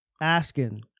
asking